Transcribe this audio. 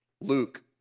Luke